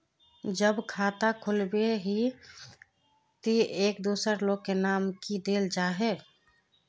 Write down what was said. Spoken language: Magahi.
जब खाता खोलबे ही टी एक दोसर लोग के नाम की देल जाए है?